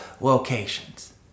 locations